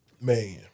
Man